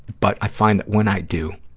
but i find that when i do,